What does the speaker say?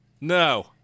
No